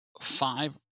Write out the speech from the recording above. five